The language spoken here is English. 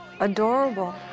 adorable